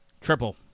Triple